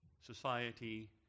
society